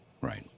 Right